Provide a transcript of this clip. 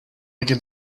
again